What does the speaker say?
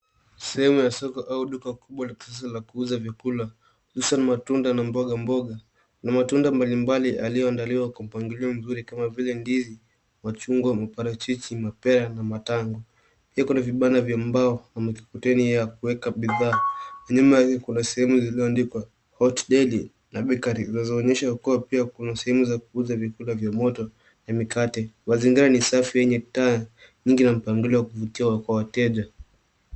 Sehemu ya soko au duka kubwa la kisasa la kuuza vyakula. Kuuza ni matunda na mboga mboga na matunda mbali mbali yalioandaliwa kwa mpangilio nzuri kama vile ndizi, majungwa, mparajiji, mapera na matangwa. Pia kuna vipanda vya mbao na mkokoteni ya kuweka bidhaa, nyuma ya io kuna sehemu zilizoandikwa hot dell na bakery zinazoonyesha pia kuna sehemu za kuuza vyakula vya moto na mikate. Mazingira safi enye taa nyingi na mpangilio ya kufutia kwa wateja.